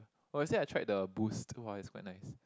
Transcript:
or is it I try the Boost !wah! is quite nice